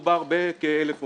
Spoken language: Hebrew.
מדובר בכ-1,000 עובדים.